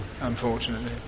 unfortunately